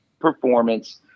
performance